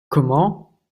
comment